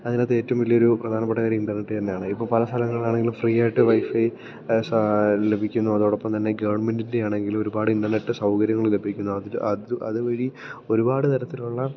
അതിനകത്ത് ഏറ്റവും വലിയ ഒരു പ്രധാനപ്പെട്ട കാര്യം ഇൻറ്റർനെറ്റ് തന്നെയാണ് ഇപ്പോൾ പല സ്ഥലങ്ങളിൽ ആണെങ്കിലും ഫ്രീയായിട്ട് വൈഫൈ ലഭിക്കുന്നു അതോടൊപ്പംതന്നെ ഗവൺമെൻറ്റിൻറ്റെയാണെങ്കിൽ ഒരുപാട് ഇൻറ്റർനെറ്റ് സൗകര്യങ്ങൾ ലഭിക്കുന്നു അതിൽ അത് അത് വഴി ഒരുപാട് തരത്തിലുള്ള